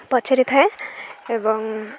ପଚାରିଥାଏ ଏବଂ